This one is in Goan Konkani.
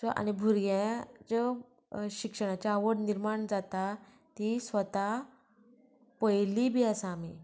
आनी भुरग्यांक ज्यो शिक्षणाची आवड निर्माण जाता ती स्वता पयली बी आसा आमी